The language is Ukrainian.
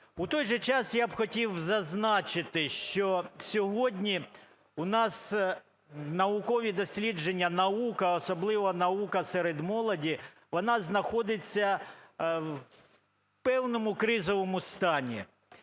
У той же час, я б хотів зазначити, що сьогодні у нас наукові дослідження, наука, особливо наука серед молоді, вона знаходиться в певному кризовому стані.